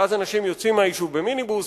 ואז אנשים יוצאים מהיישוב במיניבוס,